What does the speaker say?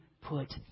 put